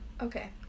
Okay